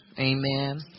Amen